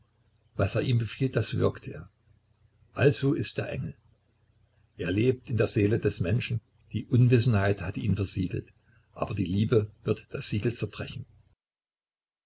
was er ihm befiehlt das wirkt er also ist der engel er lebt in der seele des menschen die unwissenheit hat ihn versiegelt aber die liebe wird das siegel zerbrechen